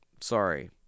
Sorry